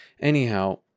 anyhow